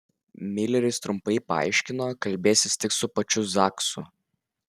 mileris trumpai paaiškino kalbėsis tik su pačiu zaksu